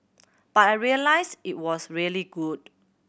but I realised it was really good